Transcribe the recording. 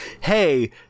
hey